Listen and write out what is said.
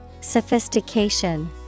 Sophistication